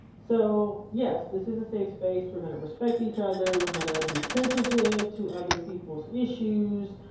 so yes, this is a safe space, we're gonna respect each other. we're gonna be sensitive to other people's issues